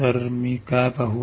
तर मी काय पाहू